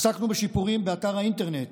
עסקנו בשיפורים באתר האינטרנט